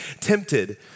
tempted